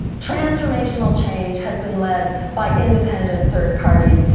transitional change has been led by independent third parties.